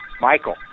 Michael